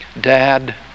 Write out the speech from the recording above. Dad